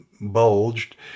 bulged